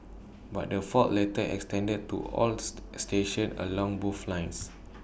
but the fault later extended to all stations along both lines